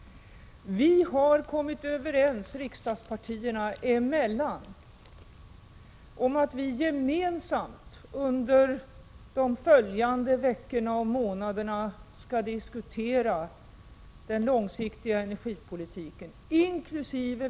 Vi har kommit överens, riksdagspartierna emellan, om att vi gemensamt under de följande veckorna och månaderna skall diskutera den långsiktiga energipolitiken, inkl.